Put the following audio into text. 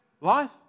life